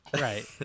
Right